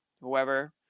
whoever